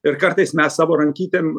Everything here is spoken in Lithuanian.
ir kartais mes savo rankytėm